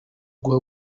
guha